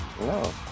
No